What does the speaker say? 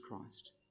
Christ